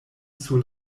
sur